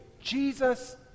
Jesus